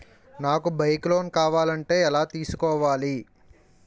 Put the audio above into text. నాకు bike loan కావాలంటే ఎలా తీసుకోవాలి?